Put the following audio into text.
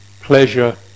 pleasure